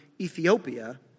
Ethiopia